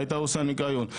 הייתה עושה ניקיון.